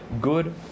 good